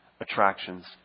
attractions